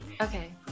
Okay